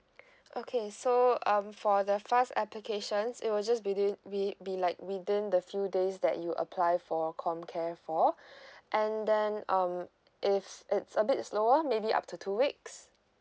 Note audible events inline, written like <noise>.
<breath> okay so um for the fast applications it will just within be be like within the few days that you apply for comcare for <breath> and then um if it's a bit slower maybe up to two weeks